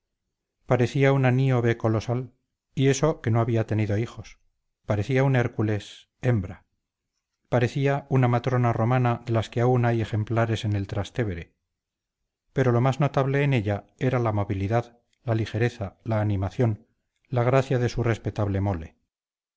parecía una niobe colosal y eso que no había tenido hijos parecía un hércules hembra parecía una matrona romana de las que aún hay ejemplares en el trastevere pero lo más notable en ella era la movilidad la ligereza la animación la gracia de su respetable mole